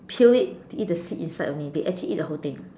peel it eat the seed inside only they actually eat the whole thing